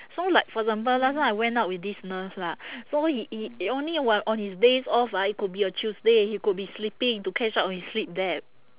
so like for example last time I went out with this nurse lah so he he only when on his days off ah it could be a tuesday he could be sleeping to catch up on his sleep debt